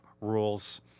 Rules